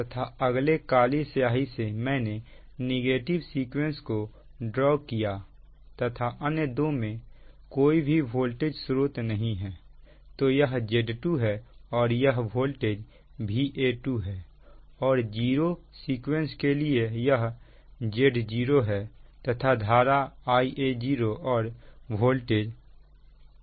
तथा अगले काले स्याही से मैंने नेगेटिव सीक्वेंस को ड्रॉ किया तथा अन्य दो में कोई भी वोल्टेज स्रोत नहीं है तो यह Z2 है और यह वोल्टेज Va2 है और जीरो सीक्वेंस के लिए यह Z0 है तथा धारा Ia0 और वोल्टेज Va0 है